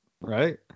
right